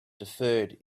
deferred